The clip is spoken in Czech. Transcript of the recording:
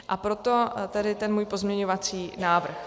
A proto tady ten můj pozměňovací návrh.